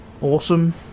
awesome